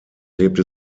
lebte